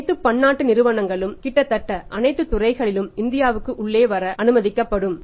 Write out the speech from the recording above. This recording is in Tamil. அனைத்து பன்னாட்டு நிறுவனங்களும் கிட்டத்தட்ட அனைத்து துறைகளிலும் இந்தியாவுக்கு உள்ள வர அனுமதிக்கப்படும்